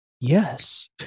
Yes